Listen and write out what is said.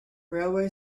railway